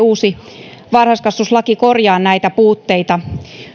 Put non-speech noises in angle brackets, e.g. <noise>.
<unintelligible> uusi varhaiskasvatuslaki korjaa näitä puutteita